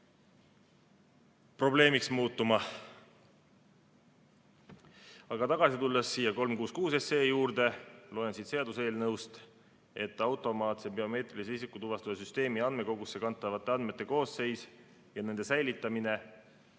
probleemiks muutuma. Tagasi tulles 366 SE juurde, loen siit, et automaatse biomeetrilise isikutuvastussüsteemi andmekogusse kantavate andmete koosseis ja nende säilitamine